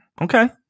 okay